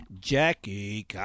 Jackie